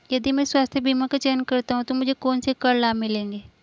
यदि मैं स्वास्थ्य बीमा का चयन करता हूँ तो मुझे कौन से कर लाभ मिलेंगे?